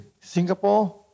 Singapore